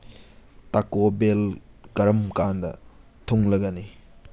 ꯇꯀꯣ ꯕꯦꯜ ꯀꯔꯝ ꯀꯥꯟꯗ ꯊꯨꯡꯂꯒꯅꯤ